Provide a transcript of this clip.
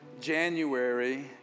January